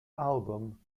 album